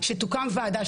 שתוקם ועדה,